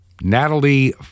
Natalie